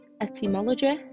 etymology